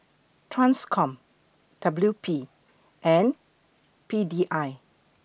TRANSCOM W P and P D I